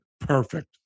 perfect